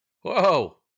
Whoa